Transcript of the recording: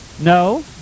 No